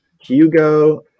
Hugo